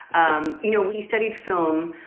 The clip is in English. um you know, he studied film,